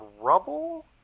rubble